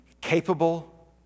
capable